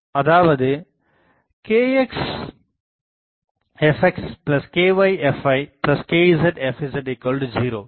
அதாவது kxfxkyfykzfz0